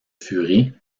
furie